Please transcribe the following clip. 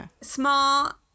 smart